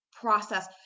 process